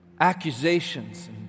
accusations